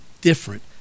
different